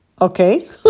Okay